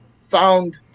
found